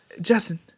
Justin